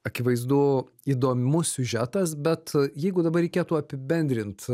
akivaizdu įdomus siužetas bet jeigu dabar reikėtų apibendrint